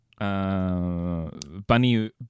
Bunny